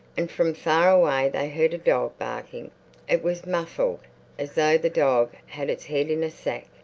and from far away they heard a dog barking it was muffled as though the dog had its head in a sack.